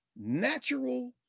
natural